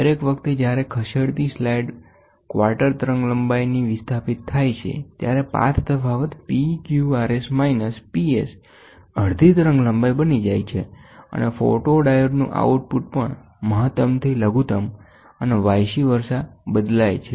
દરેક વખતે જ્યારે ખસેડતી સ્લાઇડ ક્વાર્ટર તરંગલંબાઇથી વિસ્થાપિત થાય છે ત્યારે પાથ તફાવત PQRS માઇનસ PS અડધી તરંગલંબાઇ બની જાય છે અને ફોટોડાયોડનું આઉટપુટ પણ મહત્તમથી લઘુત્તમ અને સામસામે બદલાય છે